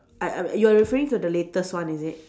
I I you're referring to the latest one is it